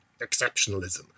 exceptionalism